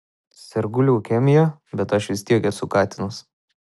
sergu leukemija bet aš vis tiek esu katinas